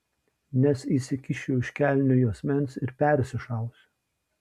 nes įsikišiu už kelnių juosmens ir persišausiu